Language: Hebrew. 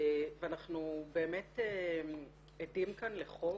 ואנחנו עדים כאן לחוק